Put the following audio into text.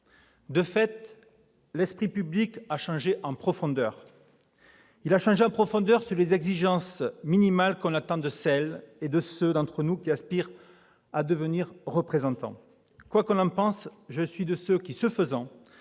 De fait, l'esprit public a changé en profondeur concernant les exigences minimales qu'on attend de celles et ceux d'entre nous qui aspirent à devenir des représentants. Quoi que l'on en pense, je suis de ceux qui prennent